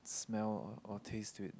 smell or taste to it